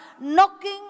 knocking